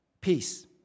Peace